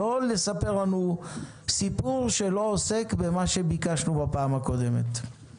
לא לספר לנו סיפור שלא עוסק במה שביקשנו בפעם הקודמת.